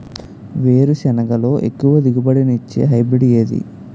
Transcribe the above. వేరుసెనగ లో ఎక్కువ దిగుబడి నీ ఇచ్చే హైబ్రిడ్ ఏది?